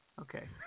Okay